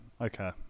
okay